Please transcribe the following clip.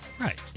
right